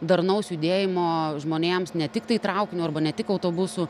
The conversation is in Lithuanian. darnaus judėjimo žmonėms ne tiktai traukiniu arba ne tik autobusu